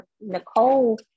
Nicole